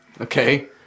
Okay